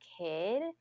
kid